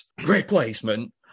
replacement